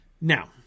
Now